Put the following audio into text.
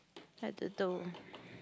sad turtle